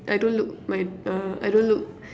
I don't look my uh I don't look